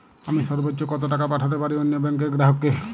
আমি সর্বোচ্চ কতো টাকা পাঠাতে পারি অন্য ব্যাংক র গ্রাহক কে?